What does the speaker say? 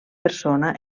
persona